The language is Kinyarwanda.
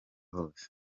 hose